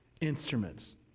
instruments